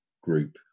group